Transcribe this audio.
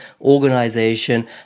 organization